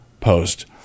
post